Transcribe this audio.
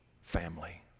family